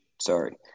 sorry